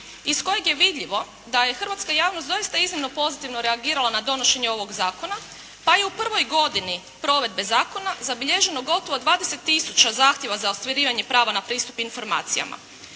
iz kojeg je vidljivo da je hrvatska javnost doista iznimno pozitivno reagirala na donošenje ovog zakona, pa je u prvoj godini provedbe zakona zabilježeno gotovo 20 tisuća zahtjeva za ostvarivanje prava na pristup informacijama.